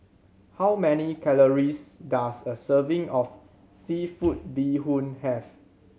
how many calories does a serving of seafood bee hoon have